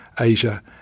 Asia